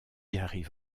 arrive